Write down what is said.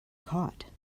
caught